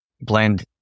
blend